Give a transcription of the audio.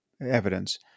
evidence